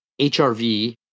HRV